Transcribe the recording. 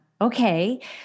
Okay